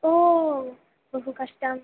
ओ बहु कष्टम्